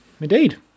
Indeed